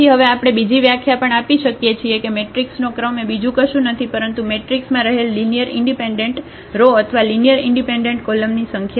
તેથી હવે આપણે બીજી વ્યાખ્યા પણ આપી શકીએ છીએ કે મેટ્રિક્સનો ક્રમ એ બીજું કશું નથી પરંતુ મેટ્રિક્સમાં રહેલ લિનિયર ઇન્ડિપેન્ડન્ટ રો અથવા લિનિયર ઇન્ડિપેન્ડન્ટ કોલમની સંખ્યા છે